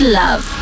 love